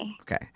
Okay